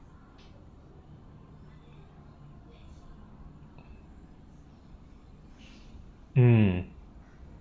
mm